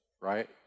right